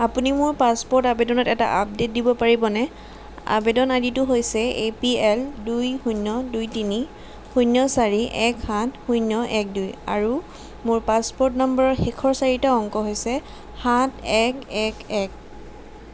আপুনি মোৰ পাছপ'ৰ্ট আবেদনত এটা আপডেট দিব পাৰিবনে আৱেদন আইডিটো হৈছে এ পি এল দুই শূণ্য দুই তিনি শূণ্য চাৰি এক সাত শূণ্য এক দুই আৰু মোৰ পাছপ'ৰ্ট নম্বৰৰ শেষৰ চাৰিটা অংক হৈছে সাত এক এক এক